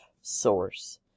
source